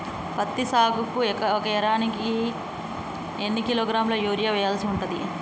పత్తి సాగుకు ఒక ఎకరానికి ఎన్ని కిలోగ్రాముల యూరియా వెయ్యాల్సి ఉంటది?